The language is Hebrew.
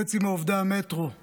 מחצית מעובדי המטרו עזבו,